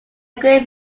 great